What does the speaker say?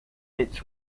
its